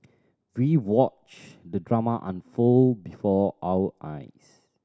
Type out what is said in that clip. we watched the drama unfold before our eyes